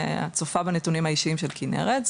צופה בנתונים האישיים של כנרת,